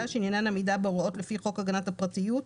שעניינן עמידה בהוראות לפי חוק הגנת הפרטיות,